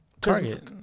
target